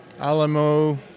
Alamo